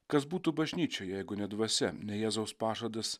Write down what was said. kas būtų bažnyčia jeigu ne dvasia ne jėzaus pažadas